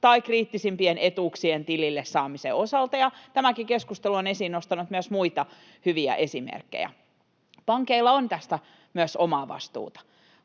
tai kriittisimpien etuuksien tilille saamisen osalta — ja tämäkin keskustelu on nostanut esiin myös muita hyviä esimerkkejä. Pankeilla on tässä myös omaa vastuuta.